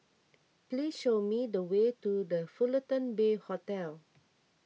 please show me the way to the Fullerton Bay Hotel